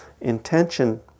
intention